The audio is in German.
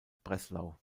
breslau